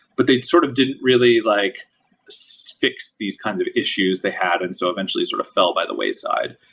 but they sort of didn't really like so fix these kinds of issues they had, and so eventually sort of fell by the wayside.